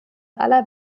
aller